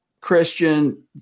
Christian